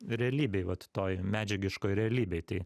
realybėj vat toj medžiagiškoj realybėj tai